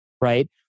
right